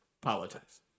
politics